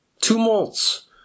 Tumults